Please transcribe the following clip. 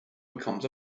becomes